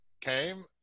came